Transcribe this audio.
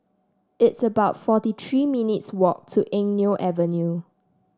it's about forty three minutes' walk to Eng Neo Avenue